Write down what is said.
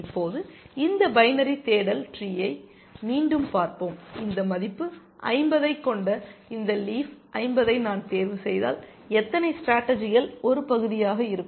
இப்போது இந்த பைனரி தேடல் ட்ரீயை மீண்டும் பார்ப்போம் இந்த மதிப்பு 50 ஐக் கொண்ட இந்த லீஃப் 50 ஐ நான் தேர்வுசெய்தால் எத்தனை ஸ்டேடர்ஜிகள் ஒரு பகுதியாக இருக்கும்